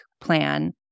plan